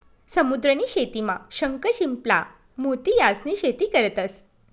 समुद्र नी शेतीमा शंख, शिंपला, मोती यास्नी शेती करतंस